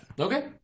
Okay